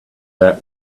that